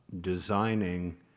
designing